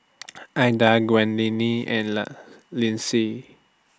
Ilda and Lindsey